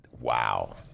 Wow